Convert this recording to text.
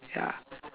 ya